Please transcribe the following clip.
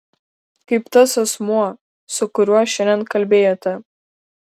kaip tas asmuo su kuriuo šiandien kalbėjote